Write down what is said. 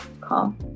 call